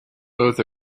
both